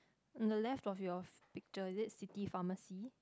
on the left of your f~ picture is it city pharmacy